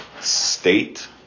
state